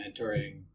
mentoring